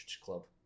Club